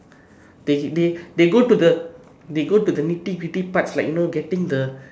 they they they go to they go to the nitty-gritty parts like you know getting the